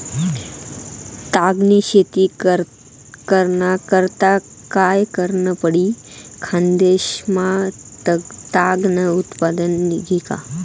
ताग नी शेती कराना करता काय करनं पडी? खान्देश मा ताग नं उत्पन्न निंघी का